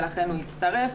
ולכן הוא הצטרף,